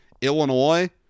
Illinois